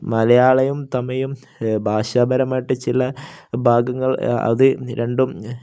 മലയാളവും തമിഴും ഭാഷാപരമായിട്ടു ചില ഭാഗങ്ങൾ അതു രണ്ടും